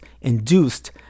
induced